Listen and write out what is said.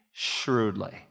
shrewdly